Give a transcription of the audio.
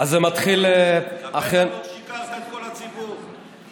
ספר איך שיקרת לכל הציבור.